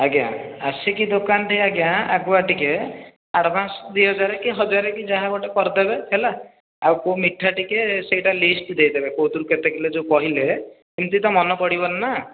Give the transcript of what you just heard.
ଆଜ୍ଞା ଆସିକି ଦୋକାନ ଠି ଆଜ୍ଞା ଆଗୁଆ ଟିକେ ଆଡ଼ଭାନ୍ସ ଦୁଇ ହଜାରେ କି ହଜାରେ କି ଯାହା ଗୋଟେ କରିଦେବେ ହେଲା ଆଉ କେଉଁ ମିଠା ଟିକେ ସେଇଟା ଲିଷ୍ଟ ଦେଇଦେବେ କେଉଁଥିରୁ କେତେ କିଲୋ ଯୋଉ କହିଲେ ସେମିତି ତ ମନେ ପଡ଼ିବନି ନା